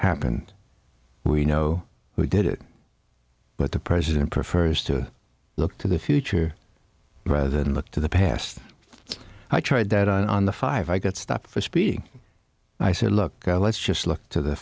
happened we know who did it but the president prefers to look to the future rather than look to the past i tried that on the five i got stopped for speeding i said look let's just look to the